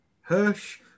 Hirsch